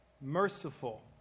merciful